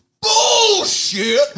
bullshit